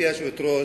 גברתי היושבת-ראש,